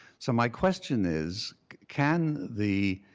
so my question is can the